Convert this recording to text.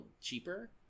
cheaper